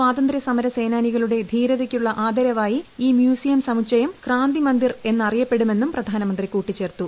സ്വാതന്ത്ര്യസമര സേനാനികളുടെ ധീരതയ്ക്കുള്ള ആദരവായി ഈ മ്യൂസിയം സമുച്ചയം ക്രാന്തിമന്ദിർ എന്ന് അറിയപ്പെടുമെന്നും പ്രധാനമന്ത്രി കൂട്ടിച്ചേർത്തു